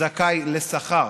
זכאי לשכר